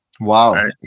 Wow